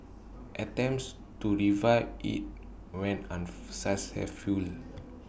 attempts to revive IT went unsuccessful